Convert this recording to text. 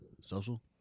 social